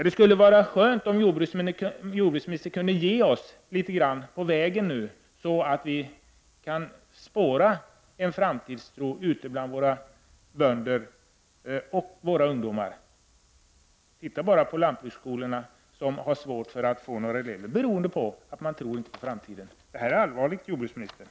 Det skulle vara skönt om jordbruksministern nu kunde ge oss något på vägen, så att vi kan förvänta oss en framtidstro ute bland våra bönder och våra ungdomar. Se bara på lantbruksskolorna, som har svårt att få några elever beroende på att man inte tror på framtiden! Det här är allvarligt, jordbruksministern!